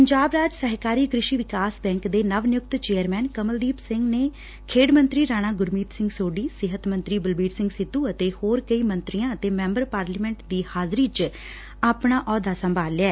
ਪੰਜਾਬ ਰਾਜ ਸਹਿਕਾਰੀ ਕ੍ਰਿਸ਼ੀ ਵਿਕਾਸ ਬੈਕ ਦੇ ਨਵ ਨਿਯੁਕਤ ਚੇਅਰਮੈਨ ਕਮਲਦੀਪ ਸਿੰਘ ਨੇ ਖੇਡ ਮੰਤਰੀ ਰਾਣਾ ਗੁਰਮੀਤ ਸਿੰਘ ਸੋਢੀ ਸਿਹਤ ਮੰਤਰੀ ਬਲਬੀਰ ਸਿੰਘ ਸਿੱਧੁ ਅਤੇ ਹੋਰ ਕਈ ਮੰਤਰੀਆਂ ਅਤੇ ਮੈਂਬਰ ਪਾਰਲੀਮੈਂਟ ਦੀ ਹਾਜ਼ਰੀ ਚ ਆਪਣਾ ਅਹੁੱਦਾ ਸੰਭਾਲ ਲਿਆ